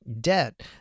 debt